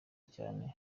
cyane